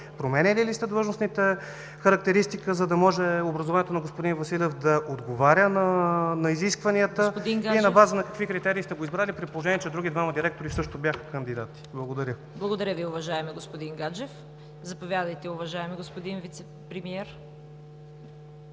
Променяли ли сте длъжностната характеристика, за да може образованието на господин Василев да отговаря на изискванията? И на база на какви критерии сте го избрали, при положение че други двама директори също бяха кандидати? Благодаря Ви. ПРЕДСЕДАТЕЛ ЦВЕТА КАРАЯНЧЕВА: Благодаря Ви, уважаеми господин Гаджев. Заповядайте, уважаеми господин Вицепремиер.